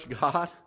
God